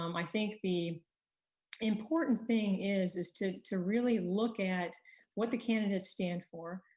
um i think the important thing is, is to to really look at what the candidates stand for,